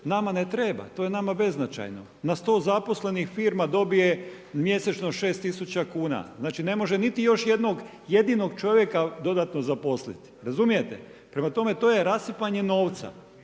nama ne treba, to je nama beznačajno. Na 100 zaposlenih firma dobije mjesečno 6 tisuća kuna. Znači ne može niti još jednog jedinog čovjeka dodatno zaposliti. Razumijete? Prema tome, to je rasipanje novca.